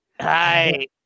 hi